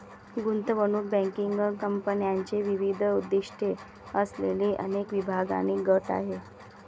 गुंतवणूक बँकिंग कंपन्यांचे विविध उद्दीष्टे असलेले अनेक विभाग आणि गट आहेत